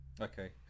Okay